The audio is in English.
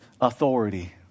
authority